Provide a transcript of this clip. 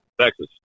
Texas